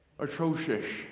Atrocious